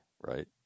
right